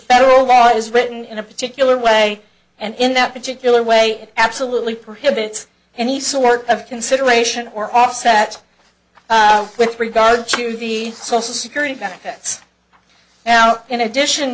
federal law is written in a particular way and in that particular way absolutely prohibited any sort of consideration or offset with regard to the social security benefits now in addition